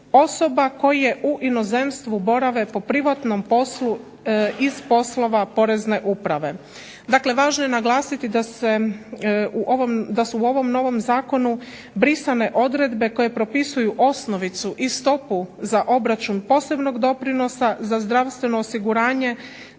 osoba koje u inozemstvu borave po privatnom poslu iz poslova porezne uprave. Dakle, važno je naglasiti da se u ovom novom zakonu brisane odredbe koje propisuju osnovicu i stopu za obračun posebnog doprinosa za zdravstveno osiguranje